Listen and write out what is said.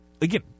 Again